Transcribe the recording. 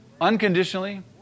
unconditionally